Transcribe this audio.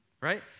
Right